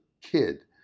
kid